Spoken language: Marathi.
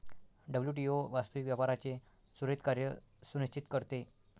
डब्ल्यू.टी.ओ वास्तविक व्यापाराचे सुरळीत कार्य सुनिश्चित करते